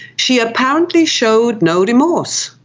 she apparently showed no remorse.